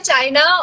China